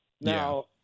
Now